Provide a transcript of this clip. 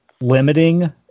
limiting